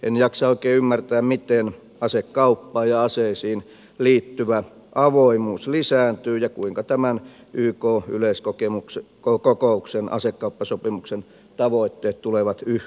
en jaksa oikein ymmärtää miten asekauppa ja aseisiin liittyvä avoimuus lisääntyy ja kuinka tämän yk yleiskokouksen asekauppasopimuksen tavoitteet tulevat yhtään lähemmäs